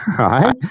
right